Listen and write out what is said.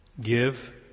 Give